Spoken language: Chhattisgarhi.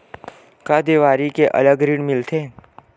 का देवारी के अलग ऋण मिलथे?